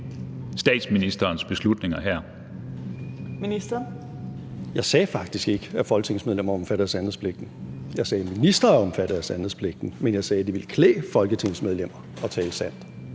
Justitsministeren (Nick Hækkerup): Jeg sagde faktisk ikke, at folketingsmedlemmer er omfattet af sandhedspligten. Jeg sagde, at ministre er omfattet af sandhedspligten. Men jeg sagde, at det ville klæde folketingsmedlemmer at tale sandt,